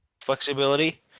flexibility